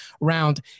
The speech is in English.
round